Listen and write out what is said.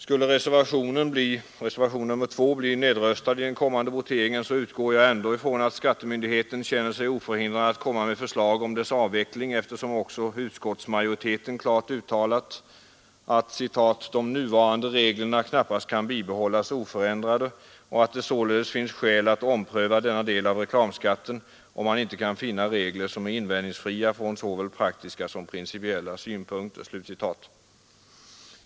Skulle reservationen 2 bli nedröstad i den kommande voteringen utgår jag ändå från att skattemyndigheterna känner sig oförhindrade att komma med förslag om dess avveckling, eftersom också utskottsmajoriteten klart har uttalat att ”de nuvarande reglerna knappast kan bibehållas oförändrade och att det således finns skäl att ompröva denna del av reklamskatten om man inte kan finna regler som är invändningsfria från såväl praktiska som principiella synpunkter”.